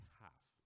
half